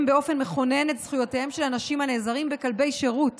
באופן מכונן את זכויותיהם של אנשים הנעזרים בכלבי שירות